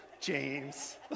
James